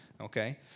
Okay